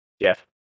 Jeff